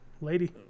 lady